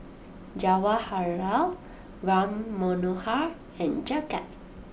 Jawaharlal Ram Manohar and Jagat